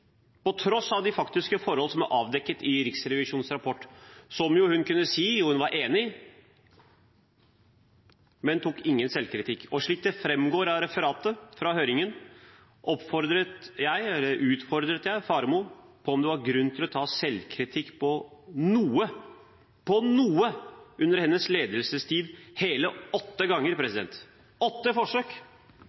Til tross for de faktiske forhold som var avdekket i Riksrevisjonens rapport, og som hun kunne si at hun var enig i, tok hun ingen selvkritikk. Slik det framgår av referatet fra høringen, utfordret jeg hele åtte ganger Faremo på om det var grunn til å ta selvkritikk for noe – for noe – under hele hennes ledelsestid – hele åtte forsøk.